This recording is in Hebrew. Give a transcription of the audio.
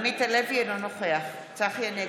אינו נוכח צחי הנגבי,